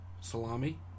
salami